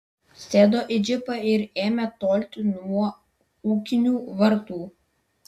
sėdo į džipą ir ėmė tolti nuo ūkinių vartų